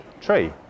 Tree